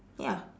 ya